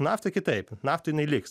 nafta kitaip nafta jinai liks